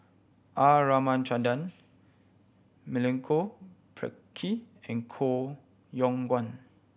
R Ramachandran Milenko Prvacki and Koh Yong Guan